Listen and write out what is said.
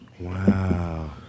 Wow